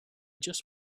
just